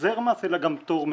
החזר מס אלא גם פטור מראש.